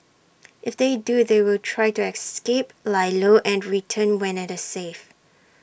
if they do they will try to escape lie low and return when IT is safe